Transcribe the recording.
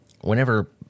Whenever